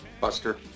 Buster